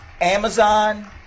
Amazon